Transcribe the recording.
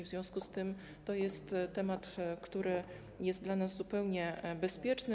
W związku z tym to jest temat, który jest dla nas zupełnie bezpieczny.